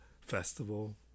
festival